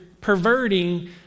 perverting